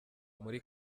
muri